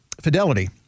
fidelity